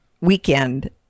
weekend